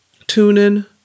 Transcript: TuneIn